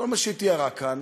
כל מה שהיא תיארה כאן